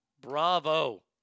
Bravo